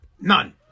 None